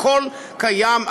הכול קיים,